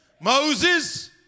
Moses